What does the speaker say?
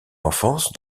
enfance